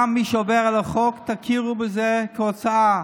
גם מי שעובר על החוק, תכירו בזה כהוצאה.